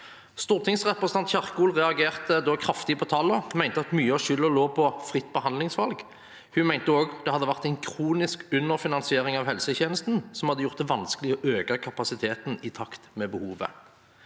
Stortingsrepresentant Kjerkol reagerte da kraftig på tallene, og mente at mye av skylden lå på fritt behandlingsvalg. Hun mente også at det hadde vært en kronisk underfinansiering av helsetjenestene, som hadde gjort det vanskelig å øke kapasiteten i takt med behovet.